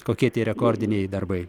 kokie tie rekordiniai darbai